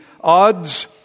odds